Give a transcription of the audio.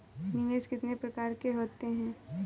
निवेश कितने प्रकार के होते हैं?